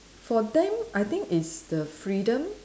for them I think it's the freedom